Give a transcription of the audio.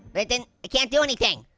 but then, i can't do anything.